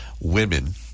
women